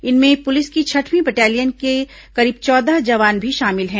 इनमें पुलिस की छठवीं बटालियन के करीब चौदह जवान भी शामिल हैं